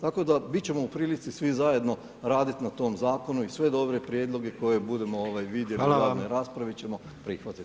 Tako da, biti ćemo u prilici svi zajedno raditi na tom Zakonu i sve dobre prijedloge koje budemo vidjeli [[Upadica Predsjednik: Hvala vam.]] u javnoj raspravi ćemo prihvatiti.